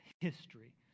history